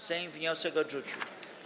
Sejm wniosek odrzucił.